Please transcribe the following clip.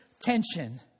tension